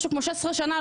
משהו כמו 16 שנים,